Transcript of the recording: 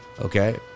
Okay